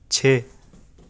چھ